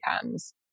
comes